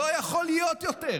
לא יכול להיות יותר.